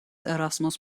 erasmus